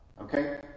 okay